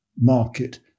market